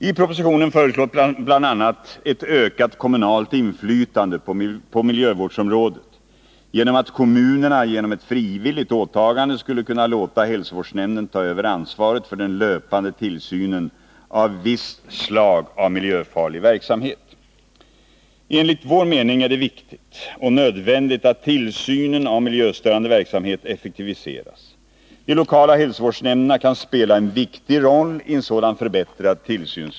I propositionen föreslås bl.a. ett ökat kommunalt inflytande på miljövårdsområdet på så sätt att kommunerna genom frivilligt åtagande skall kunna låta hälsovårdsnämnderna ta över ansvaret för den löpande tillsynen av visst slag av miljöfarlig verksamhet. Enligt vår mening är det viktigt och nödvändigt att tillsynen av milj lokala hälsovårdsnämnderna kan spela en viktig roll i en sådan förbättrad rande verksamhet effektiviseras.